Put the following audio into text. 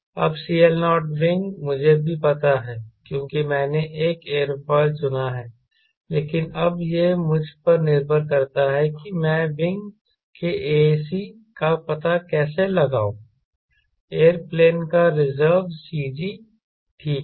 अब CL0 W मुझे भी पता है क्योंकि मैंने एक एयरोफॉयल चुना है लेकिन अब यह मुझ पर निर्भर करता है कि मैं विंग के ac का पता कैसे लगाऊं एयरप्लेन का रिजर्व CG ठीक है